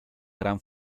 gran